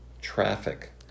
traffic